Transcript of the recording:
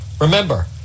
Remember